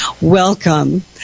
Welcome